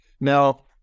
Now